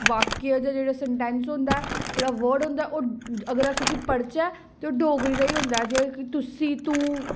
वाक्य च जेह्ड़ा संटैंस होंदा ऐ जेह्ड़ा वर्ड होंदा ऐ अगर अस उसी पढ़चै ते ओह् डोगरी दा ई होंदा ऐ जि'यां के तुसी तू